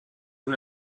una